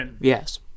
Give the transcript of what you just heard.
Yes